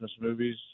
movies